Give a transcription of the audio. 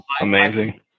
Amazing